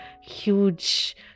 huge